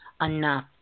enough